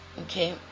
Okay